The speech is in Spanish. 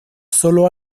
sólo